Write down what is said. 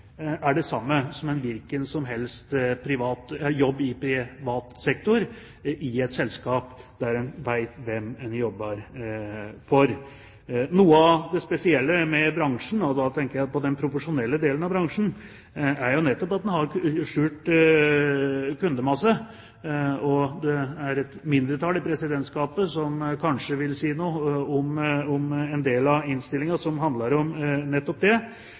er det samme som en hvilken som helst jobb i privat sektor i et selskap der man vet hvem man jobber for. Noe av det spesielle med bransjen – og da tenker jeg på den profesjonelle delen av bransjen – er nettopp at man har skjult kundemasse. Et mindretall i Presidentskapet vil kanskje si noe om en del av innstillingen som handler om nettopp det.